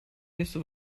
nächste